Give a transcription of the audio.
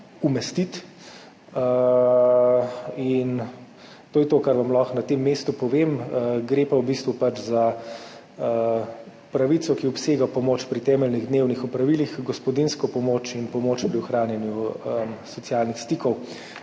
In to je to, kar vam lahko na tem mestu povem. Gre pa v bistvu za pravico, ki obsega pomoč pri temeljnih dnevnih opravilih, gospodinjsko pomoč in pomoč pri ohranjanju socialnih stikov.